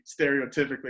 stereotypically